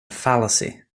fallacy